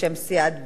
בשם סיעת בל"ד,